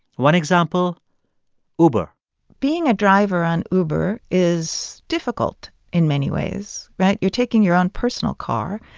one example uber being a driver on uber is difficult in many ways, right? you're taking your own personal car,